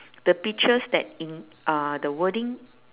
the peaches that in uh the wording